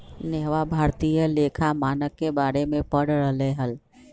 नेहवा भारतीय लेखा मानक के बारे में पढ़ रहले हल